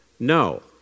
No